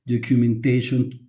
documentation